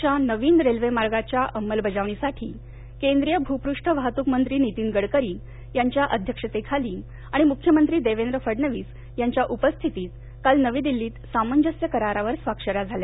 च्या नवीन रेल्वे मार्गाच्या अंमलबजावणीसाठी केंद्रीय भूपृष्ठ वाहतूकमंत्री नितीन गडकरी यांच्या अध्यक्षतेखाली आणि मुख्यमंत्री देवेंद्र फडणवीस यांच्या उपस्थितीत काल नवी दिल्लीत सामंजस्य करारावर स्वाक्षन्या झाल्या